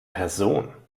person